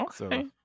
okay